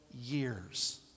years